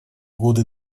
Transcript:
годы